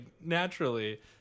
naturally